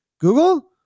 Google